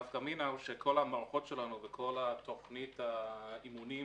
הנפקה מינה שכל המערכות שלנו וכל תכנית האימונים